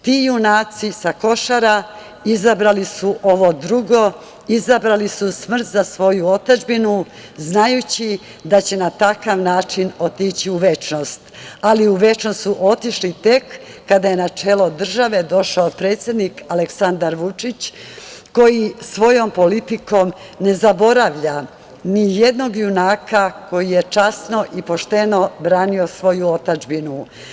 Ti junaci sa Košara izabrali su ovo drugo, izabrali su smrt za svoju otadžbinu, znajući da će na takav način otići u večnost, ali u večnost su otišli tek kada je na čelo države došao predsednik Aleksandar Vučić koji svojom politikom ne zaboravlja nijednog junaka koji je časno i pošteno branio svoju otadžbinu.